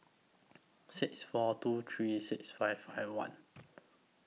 six four two three six five five one